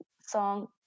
song